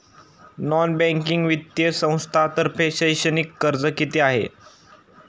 Non banking वित्तीय संस्थांतर्फे शैक्षणिक कर्ज किती आहे?